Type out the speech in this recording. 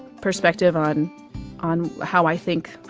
perspective on on how i think